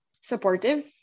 supportive